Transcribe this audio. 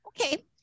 Okay